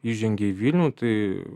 įžengė į vilnių tai